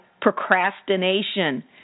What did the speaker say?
procrastination